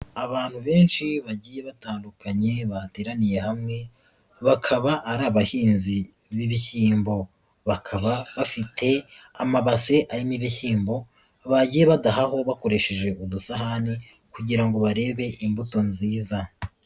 Abantu benshi bagiye batandukanye bateraniye hamwe, bakaba ari abahinzi b'ibishyimbo bakaba bafite amabase arimo ibishyimbo bagiye badahaho bakoresheje udusahani kugira ngo barebe imbuto nziza.